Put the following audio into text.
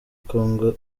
kongo